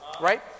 right